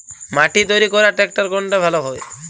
মাটি তৈরি করার ট্রাক্টর কোনটা ভালো হবে?